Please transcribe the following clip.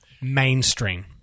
Mainstream